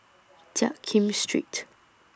Jiak Kim Street